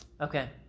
Okay